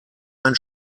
ein